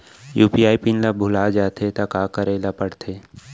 UPI PIN ल भुला जाथे त का करे ल पढ़थे?